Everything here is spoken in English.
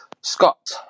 Scott